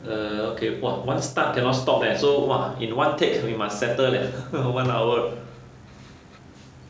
err okay !wah! once start cannot stop leh so !wah! in one take we must settle leh one hour